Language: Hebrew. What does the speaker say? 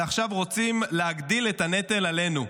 ועכשיו רוצים להגדיל את הנטל עלינו.